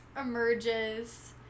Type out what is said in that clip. emerges